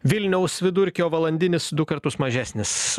vilniaus vidurkį o valandinis du kartus mažesnis